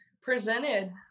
presented